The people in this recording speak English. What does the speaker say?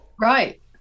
right